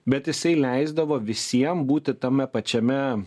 bet jisai leisdavo visiem būti tame pačiame